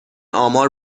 آمار